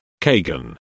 Kagan